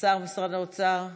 השר במשרד האוצר,